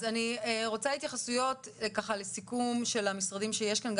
אז אני רוצה התייחסויות לסיכום של המשרדים שיש כאן,